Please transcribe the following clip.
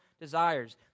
desires